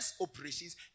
operations